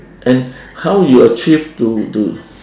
and how you achieve to to